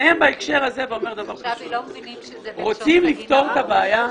רוצים לפתור את הבעיה,